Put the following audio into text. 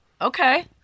Okay